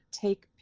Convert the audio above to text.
take